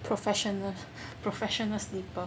professional professional sleeper